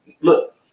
Look